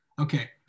okay